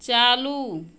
चालू